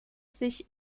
sich